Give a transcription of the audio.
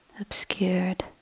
obscured